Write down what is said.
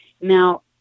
Now